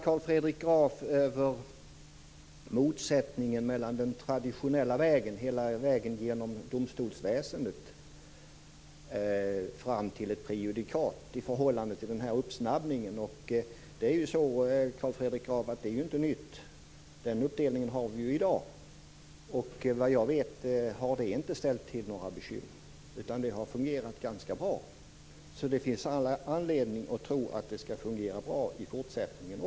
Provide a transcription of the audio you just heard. Carl Fredrik Graf funderar vidare över motsättningen mellan å ena sidan den traditionella vägen genom domstolsväsendet fram till ett prejudikat och å andra sidan den uppsnabbade vägen. Detta är ju inte nytt, Carl Fredrik Graf. Vi har redan i dag den uppdelningen, och såvitt jag vet har det inte ställt till några bekymmer. Det har fungerat ganska bra, och det finns all anledning att tro att det skall fungera bra också i fortsättningen.